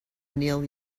neil